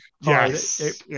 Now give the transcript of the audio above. Yes